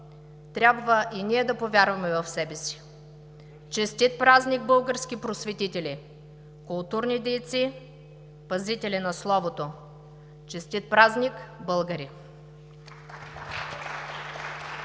Трябва и ние да повярваме в себе си! Честит празник, български просветители, културни дейци, пазители на словото! Честит празник, българи!